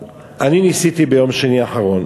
ביום שני האחרון